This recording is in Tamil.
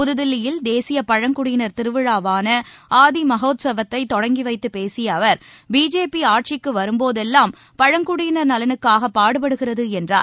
புதுதில்லியில் தேசிய பழங்குடியினர் திருவிழாவான ஆதி மஹோத்சவ் ஐ தொடங்கி வைத்துப் பேசிய அவர் பிஜேபி ஆட்சிக்கு வரும்போதெல்லாம் பழங்குடியினர் நலனுக்காக பாடுபடுகிறது என்றார்